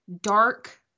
dark